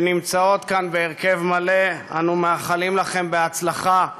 שנמצאות כאן בהרכב מלא, אנו מאחלים לכן הצלחה,